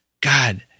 God